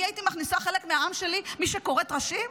אני הייתי מכניסה חלק מהעם שלי, מי שכורת ראשים?